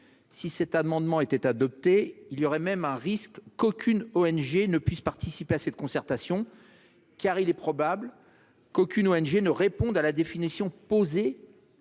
Si cet amendement était adopté, il est même possible qu'aucune ONG ne soit en état de participer à cette concertation, car il est probable qu'aucune ne réponde à la définition proposée.